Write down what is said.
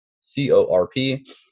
C-O-R-P